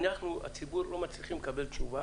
אנחנו, הציבור, לא מצליחים לקבל תשובה